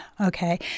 Okay